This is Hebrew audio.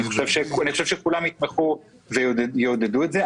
אני חושב שכולם יתמכו ויעודדו את זה.